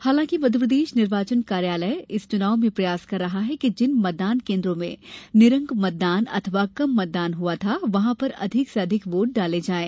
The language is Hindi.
हालांकि मध्यप्रदेश निर्वाचन कार्यालय इस चुनाव में प्रयास कर रहा है कि जिन मतदान केन्द्रों में निरंक मतदान अथवा कम मतदान हुआ था वहां पर अधिक से अधिक वोट डाले जायें